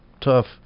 tough